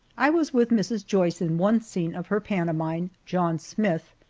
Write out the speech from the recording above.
i was with mrs. joyce in one scene of her pantomime, john smith,